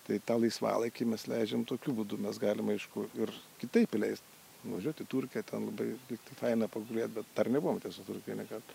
tai tą laisvalaikį mes leidžiam tokiu būdu mes galim aišku ir kitaip leist nuvažiuot į turkiją ten labai faina pagulėt bet dar nebuvom tiesa turikijoj nė karto